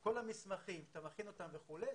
כל המסמכים שאתה מכין אותם וכולי,